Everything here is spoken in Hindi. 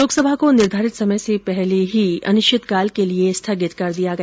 लोकसभा को निर्घारित समय से पहले ही अनिश्चित काल के लिए स्थगित कर दिया गया